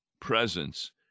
presence